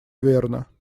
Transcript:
верно